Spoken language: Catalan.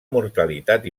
mortalitat